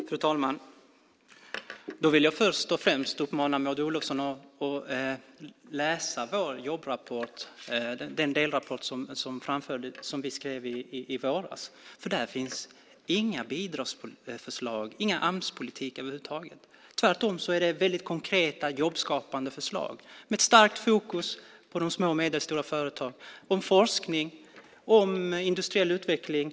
Fru talman! Jag vill först och främst uppmana Maud Olofsson att läsa vår jobbrapport - delrapport - som vi skrev i våras. Där finns över huvud taget inga bidragsförslag eller någon Amspolitik. Tvärtom är det konkreta jobbskapande förslag med starkt fokus på små och medelstora företag, forskning och industriell utveckling.